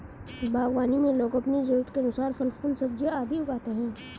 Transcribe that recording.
बागवानी में लोग अपनी जरूरत के अनुसार फल, फूल, सब्जियां आदि उगाते हैं